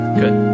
good